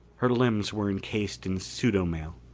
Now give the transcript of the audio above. her limbs were encased in pseudomail.